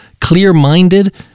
clear-minded